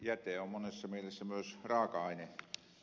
jäte on monessa mielessä myös raaka aine